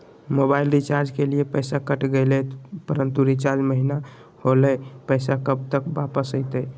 Mobile recharge के लिए पैसा कट गेलैय परंतु रिचार्ज महिना होलैय, पैसा कब तक वापस आयते?